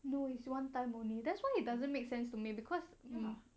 no is one time only that's why it doesn't make sense to me because mm